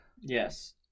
Yes